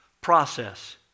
process